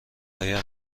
آیا